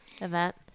event